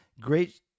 Great